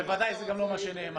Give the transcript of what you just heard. בוודאי זה גם לא מה שנאמר.